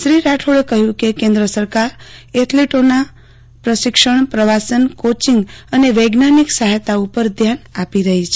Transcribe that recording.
શ્રી રાઠોડે કહયું કે કેન્દ્ર સરકાર એથલીટોના પ્રશિક્ષણ પ્રવાસન કોર્ચીંગ અને વૈજ્ઞાનિક સહાયતા ઉપર ધ્યાન આપી રહી છે